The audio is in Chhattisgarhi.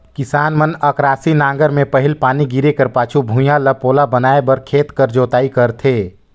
किसान मन अकरासी नांगर मे पहिल पानी गिरे कर पाछू भुईया ल पोला बनाए बर खेत कर जोताई करथे